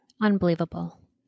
Unbelievable